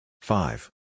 five